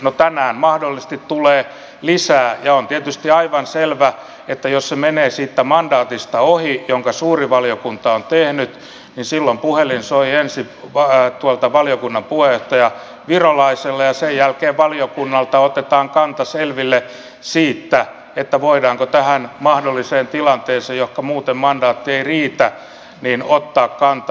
no tänään mahdollisesti tulee lisää ja on tietysti aivan selvä että jos se menee siitä mandaatista ohi jonka suuri valiokunta on tehnyt niin silloin puhelin soi ensin valiokunnan puheenjohtaja virolaisella ja sen jälkeen valiokunnalta otetaan kanta selville siitä voidaanko tähän mahdolliseen tilanteeseen johonka muuten mandaatti ei riitä ottaa kantaa